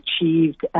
achieved